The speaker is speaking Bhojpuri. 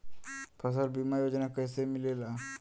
फसल बीमा योजना कैसे मिलेला?